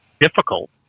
difficult